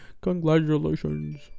Congratulations